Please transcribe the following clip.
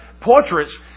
portraits